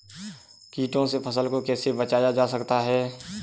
कीटों से फसल को कैसे बचाया जा सकता है?